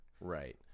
Right